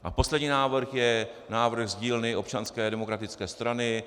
A poslední návrh je návrh z dílny Občanské demokratické strany.